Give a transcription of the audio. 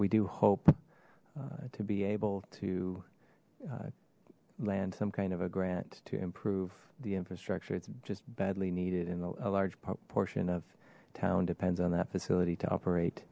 we do hope to be able to land some kind of a grant to improve the infrastructure it's just badly needed and a large portion of town depends on that facility to operate